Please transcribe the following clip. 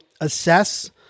assess